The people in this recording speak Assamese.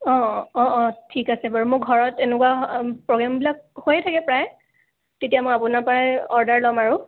অঁ অঁ অঁ অঁ ঠিক আছে বাৰু মোৰ ঘৰত এনেকুৱা প্ৰগ্ৰেমবিলাক হৈয়ে থাকে প্ৰায় তেতিয়া মই আপোনাৰপৰাই অৰ্ডাৰ ল'ম আৰু